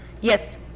Yes